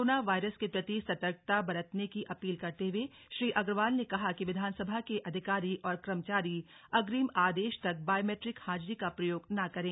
corona virus के प्रति सतर्कता बरतने की अपील करते हुए श्री अग्रवाल ने कहा कि विधानसभा के अधिकारी और कर्मचारी अग्रिम आदेश तक बायोमेट्रिक हाजिरी का प्रयोग ना करें